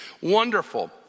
wonderful